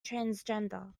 transgender